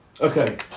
Okay